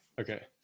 Okay